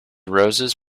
roses